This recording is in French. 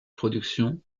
productions